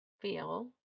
feel